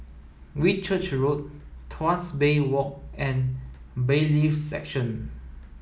Whitchurch Road Tuas Bay Walk and Bailiffs' Section